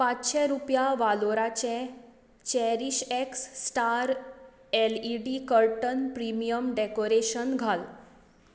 पांचशे रुपया वालोराचे Cherish X star LED curtain premium decoration घाल